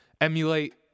emulate